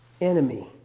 enemy